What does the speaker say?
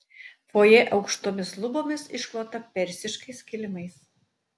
fojė aukštomis lubomis išklota persiškais kilimais